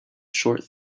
short